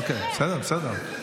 אוקיי, בסדר, בסדר.